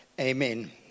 Amen